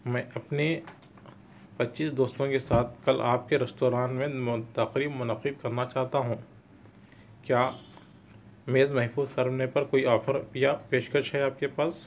میں اپنے پچیس دوستوں کے ساتھ کل آپ کے رستوران میں من تقریب منعقد کرنا چاہتا ہوں کیا میز محفوظ کرنے پر کوئی آفر یا پیشکش ہے آپ کے پاس